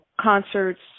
concerts